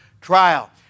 trial